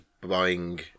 buying